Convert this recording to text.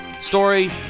story